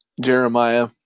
Jeremiah